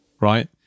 right